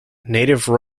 native